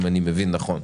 אם אני מבין נכון,